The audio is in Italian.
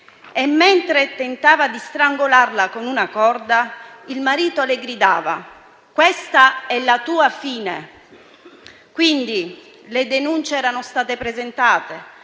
e mentre tentava di strangolarla con una corda il marito le gridava: "Questa è la tua fine!". Quindi le denunce erano state presentate,